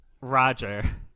Roger